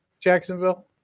Jacksonville